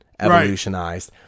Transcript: evolutionized